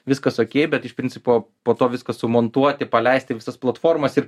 viskas okei bet iš principo po to viską sumontuoti paleist į visas platformas ir